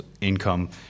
income